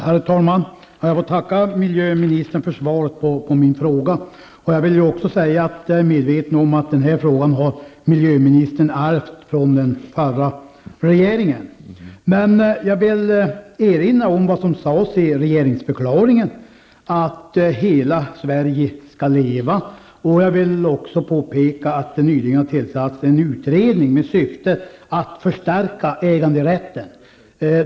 Herr talman! Jag får tacka miljöministern för svaret på min fråga. Jag är medveten om att miljöministern har ärvt den här frågan från den förra regeringen. Jag vill erinra om vad som sades i regeringsförklaringen, nämligen att hela Sverige skall leva. Jag vill också påpeka att det nyligen har tillsatts en utredning med syfte att förstärka äganderätten.